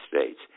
states